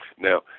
Now